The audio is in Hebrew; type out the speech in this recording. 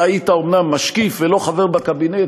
אתה היית אומנם משקיף ולא חבר בקבינט,